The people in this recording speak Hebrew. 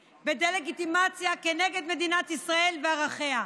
בדה-לגיטימציה נגד מדינת ישראל וערכיה.